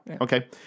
Okay